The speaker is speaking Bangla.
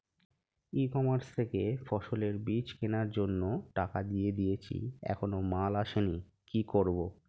ই কমার্স থেকে ফসলের বীজ কেনার জন্য টাকা দিয়ে দিয়েছি এখনো মাল আসেনি কি করব?